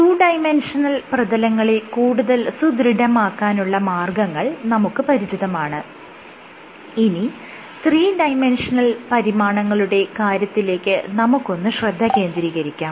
2D പ്രതലങ്ങളെ കൂടുതൽ സുദൃഢമാക്കാനുള്ള മാർഗ്ഗങ്ങൾ നമുക്ക് പരിചിതമാണ് ഇനി 3D പരിമാണങ്ങളുടെ കാര്യത്തിലേക്ക് നമുക്കൊന്ന് ശ്രദ്ധ കേന്ദ്രീകരിക്കാം